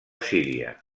síria